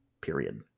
Period